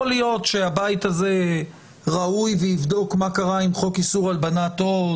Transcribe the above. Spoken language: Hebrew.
יכול להיות שהבית הזה ראוי ויבדוק מה קרה עם חוק איסור הלבנת הון,